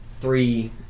three